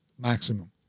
maximum